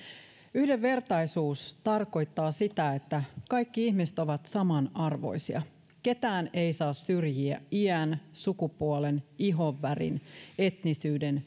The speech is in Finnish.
yhdenvertaisuus tarkoittaa sitä että kaikki ihmiset ovat samanarvoisia ketään ei saa syrjiä iän sukupuolen ihonvärin etnisyyden